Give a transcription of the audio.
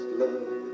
love